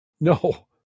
No